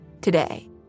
today